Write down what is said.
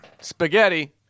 Spaghetti